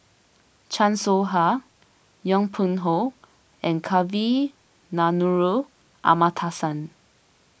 Chan Soh Ha Yong Pung How and Kavignareru Amallathasan